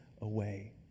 away